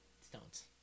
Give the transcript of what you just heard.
stones